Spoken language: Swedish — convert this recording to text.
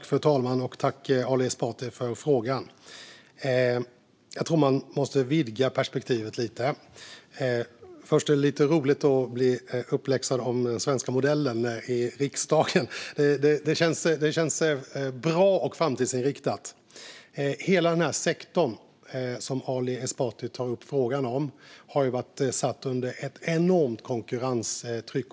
Fru talman! Tack, Ali Esbati, för frågan! Jag tror att man måste vidga perspektivet lite. Först är det lite roligt att bli uppläxad i riksdagen om den svenska modellen. Det känns bra och framtidsinriktat. Hela den sektor som Ali Esbati tar upp frågan om har varit satt under ett enormt konkurrenstryck.